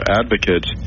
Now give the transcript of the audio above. advocates